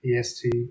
EST